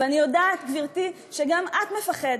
ואני יודעת, גברתי, שגם את מפחדת.